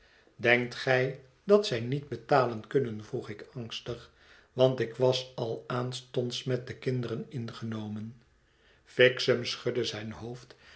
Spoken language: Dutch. denkt gij dat zij niet betalen kunnen vroeg ik angstig want ik was al aanstonds met de kinderen ingenomen fixem schudde zijn hoofd